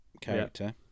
character